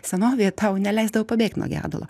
senovėje tau neleisdavo pabėgt nuo gedulo